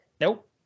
Nope